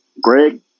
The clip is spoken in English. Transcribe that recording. Greg